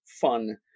fun